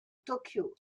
tokyo